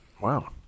Wow